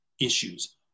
issues